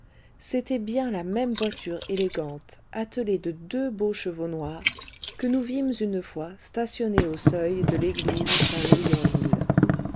c'était bien la même voiture élégante attelée de deux beaux chevaux noirs que nous vîmes une fois stationner au seuil de l'église saint louis en lile